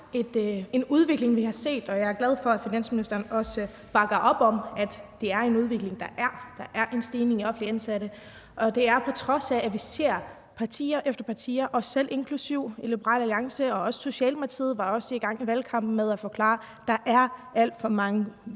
været en udvikling, vi har set. Og jeg er glad for, at finansministeren også bekræfter, at det er en udvikling, der er. Der er en stigning i offentligt ansatte, og det er, på trods af at vi ser parti efter parti, os selv i Liberal Alliance inklusive og også Socialdemokratiet i valgkampen, være i gang med at forklare, at der er alt for mange